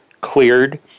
cleared